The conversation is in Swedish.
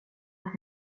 att